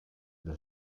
del